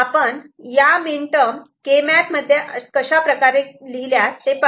आपण या mean term K map मध्ये कशा प्रकारे मॅप केल्या ते पाहू